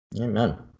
Amen